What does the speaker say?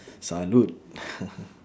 salute